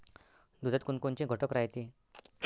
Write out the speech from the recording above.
दुधात कोनकोनचे घटक रायते?